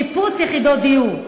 שיפוץ יחידות דיור,